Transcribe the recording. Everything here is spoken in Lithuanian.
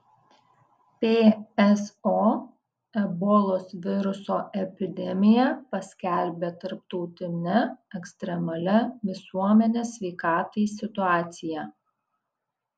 pso ebolos viruso epidemiją paskelbė tarptautine ekstremalia visuomenės sveikatai situacija